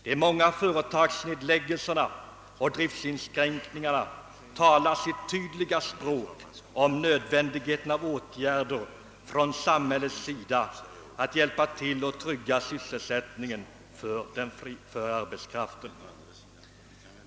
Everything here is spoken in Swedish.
De många företagsnedläggningarna och driftsinskränkningarna talar sitt tydliga språk om nödvändigheten av åtgärder från samhällets sida för att hjälpa till att trygga arbetskraftens sysselsättning.